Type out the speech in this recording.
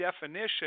definition